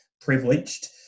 privileged